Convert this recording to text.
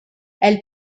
elle